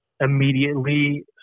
immediately